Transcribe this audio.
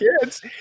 kids